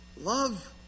love